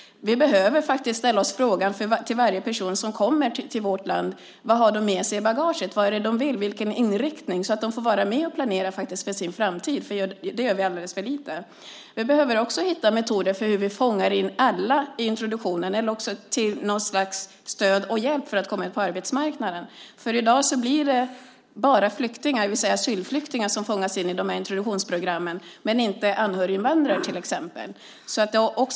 Vi behöver fråga varje person som kommer till vårt land vad de har med sig i bagaget, vad det är de vill, vilken inriktning de har, så att de får vara med och planera för sin framtid. Det gör vi alldeles för lite. Vi behöver också hitta metoder för hur vi fångar in alla i introduktionen eller för något slags stöd och hjälp för att komma in på arbetsmarknaden. I dag är det enbart flyktingar, det vill säga asylflyktingar, som fångas in i dessa introduktionsprogram, däremot inte till exempel anhöriginvandrare.